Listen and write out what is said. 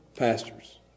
pastors